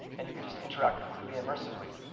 and you can just interact completely immersively.